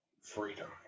Freedom